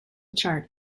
chart